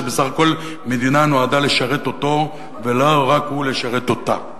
כשבסך הכול מדינה נועדה לשרת אותו ולא רק הוא לשרת אותה.